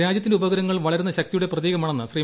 രാജ്യത്തിന്റെ ഉപഗ്രഹങ്ങൾ വളരുന്ന ശക്തിയുടെ പ്രതീകമാണെന്ന് ശ്രീ